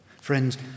Friends